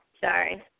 Sorry